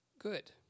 good